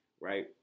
right